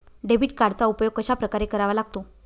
Debit कार्डचा उपयोग कशाप्रकारे करावा लागतो?